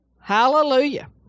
Hallelujah